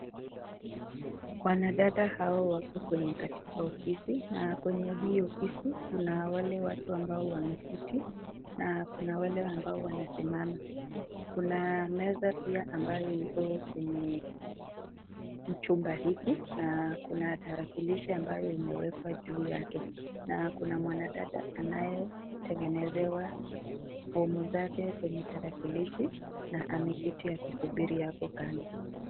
Wanadada hao wako kwenye katika ofisi, na kwenye hii ofisi kuna wale watu ambao wameketi, na kuna wale ambao wanasimama. Kuna meza pia ambayo iko kwenye chumba hiki, na kuna tarakilishi ambayo imewekwa juu yake. Na kuna mwanadada anayetengenezewa fomu zake kwenye tarakilishi, na ameketi akisubiri hapo kando.